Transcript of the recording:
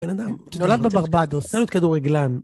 בן אדם שנולד בברבדוס, רצה להיות כדורגלן.